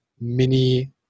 mini